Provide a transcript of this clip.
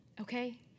Okay